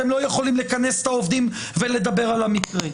אתם לא יכולים לכנס את העובדים ולדבר על המקרה.